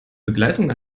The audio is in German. begleitung